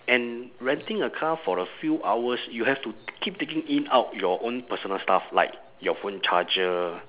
and renting a car for the few hours you have to keep taking in out your own personal stuff like your phone charger